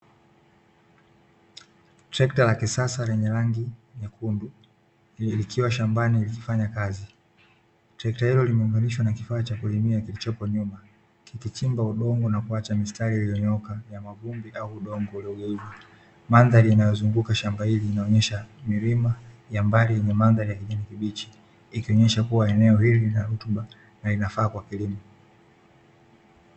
Trekta la kisasa lenye rangi nyekundu likiwa shambani linafanya kazi. Trekta ilo limeunganishwa na kifaa cha kulimia kilichopo nyuma kikichimba udongo na kuacha mistari iliyonyoka ya mavumbi au udongo uliogeuzwa. Mandhari inayozunguka shamba ili inaonyesha milima ya mbali yenye mandhari ya kijani kibichi ikionyesha kuwa eneo ili linarutuba na linafaa kwa kilimo.